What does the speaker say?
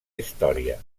història